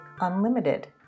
unlimited